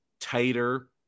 tighter